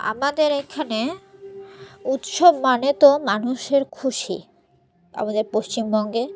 আমাদের এখানে উৎসব মানে তো মানুষের খুশি আমাদের পশ্চিমবঙ্গে